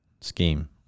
scheme